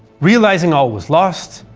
realizing all was lost,